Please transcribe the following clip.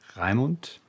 Raimund